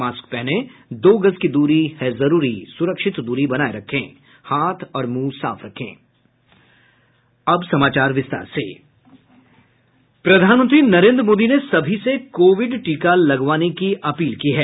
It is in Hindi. मास्क पहनें दो गज दूरी है जरूरी सुरक्षित दूरी बनाये रखें हाथ और मुंह साफ रखें अब समाचार विस्तार से प्रधानमंत्री नरेन्द्र मोदी ने सभी से कोविड टीका लगाने की अपील की है